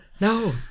no